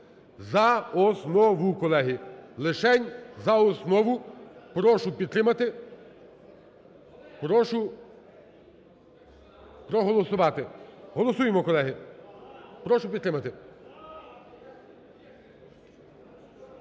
за основу, колеги. Лишень за основу. Прошу підтримати. Прошу проголосувати. Голосуємо, колеги! Прошу підтримати.